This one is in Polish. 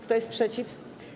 Kto jest przeciw?